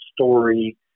Story